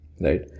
right